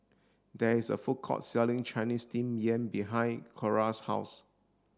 there is a food court selling Chinese steamed yam behind Cora's house